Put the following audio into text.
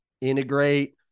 integrate